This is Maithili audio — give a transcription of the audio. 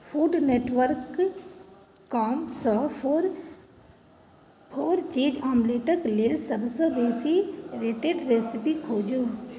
फूड नेटवर्क कॉमसँ फोर चीज आमलेटके लेल सभसँ बेसी रेटेड रेसिपी खोजू